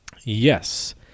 Yes